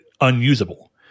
unusable